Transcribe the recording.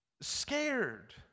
scared